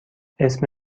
اسم